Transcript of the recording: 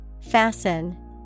Fasten